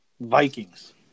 Vikings